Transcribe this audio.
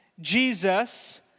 Jesus